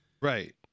Right